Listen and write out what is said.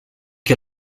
que